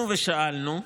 שאלנו: